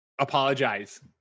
apologize